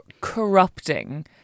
Corrupting